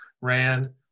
ran